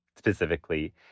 specifically